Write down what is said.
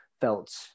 felt